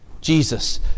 Jesus